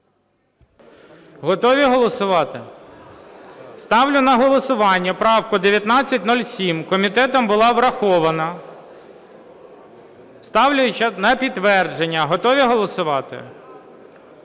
Готові голосувати? Ставлю на голосування правку 1907. Комітетом була врахована. Ставлю на підтвердження. Готові голосувати?